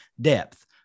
depth